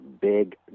big